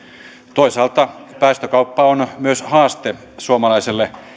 toisaalta päästökauppa on myös haaste suomalaiselle